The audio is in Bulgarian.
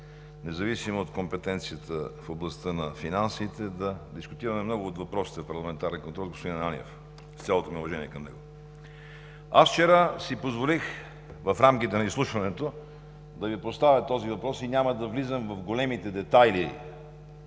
независимо от компетенцията в областта на финансите, да дискутираме много от въпросите в парламентарния контрол с господин Ананиев, с цялото ми уважение към него. Вчера си позволих в рамките на изслушването да Ви поставя този въпрос и няма да влизам в големите детайли